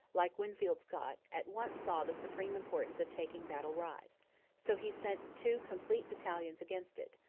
like winfield scott, at once saw the supreme importance of taking battle rise so he sent two complete battalions against it,